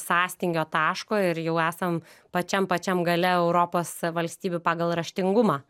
sąstingio taško ir jau esam pačiam pačiam gale europos valstybių pagal raštingumą